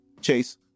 chase